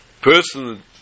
person